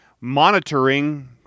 monitoring